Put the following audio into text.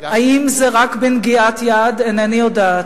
האם זה רק בנגיעת יד, אינני יודעת,